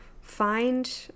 find